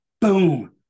boom